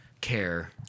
care